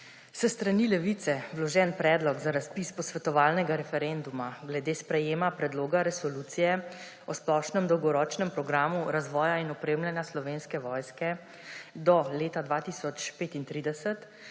S strani Levice vloženi Predlog za razpis posvetovalnega referenduma o sprejemu Predloga resolucije o splošnem dolgoročnem programu razvoja in opremljanja Slovenske vojske do leta 2035